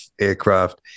aircraft